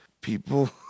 people